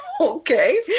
Okay